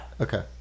Okay